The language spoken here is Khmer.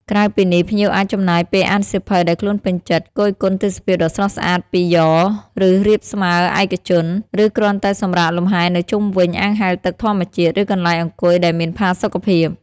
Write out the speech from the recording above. ក្រៅពីនេះ ភ្ញៀវអាចចំណាយពេលអានសៀវភៅដែលខ្លួនពេញចិត្ត គយគន់ទេសភាពដ៏ស្រស់ស្អាតពីយ៉រ ឬរាបស្មើរឯកជន ឬគ្រាន់តែសម្រាកលំហែនៅជុំវិញអាងហែលទឹកធម្មជាតិ ឬកន្លែងអង្គុយដែលមានផាសុកភាព។